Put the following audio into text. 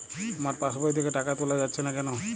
আমার পাসবই থেকে টাকা তোলা যাচ্ছে না কেনো?